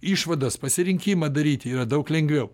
išvadas pasirinkimą daryt yra daug lengviau